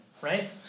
right